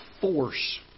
force